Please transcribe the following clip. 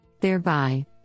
Thereby